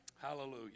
Hallelujah